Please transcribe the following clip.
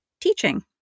teaching